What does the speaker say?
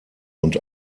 und